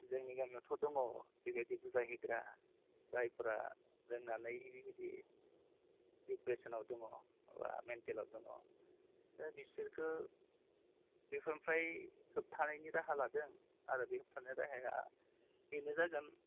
जोंनि गामियावथ' दङ बेबायदिबो जाहैग्रा जायफोरा लोंनानै ओरैबायदि डिप्रेसनाव दङ बा मेन्टेलाव दङ बिसोरखौ बेफोरनिफ्राय होब्थानायनि राहा लादों आरो बे होब्थानाय राहाया बेनो जागोन